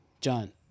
John